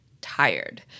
tired